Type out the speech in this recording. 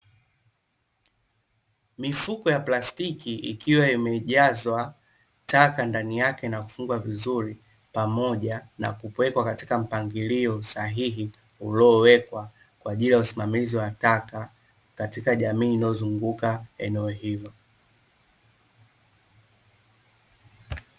Mifuko ya plastiki ikiwa imejazwa taka ndani yake na kufungwa vizuri pamoja na kuwekwa katika mpangilio sahihi uliowekwa kwa ajili ya usimamizi wa taka katika jamii inayozunguka eneo hilo.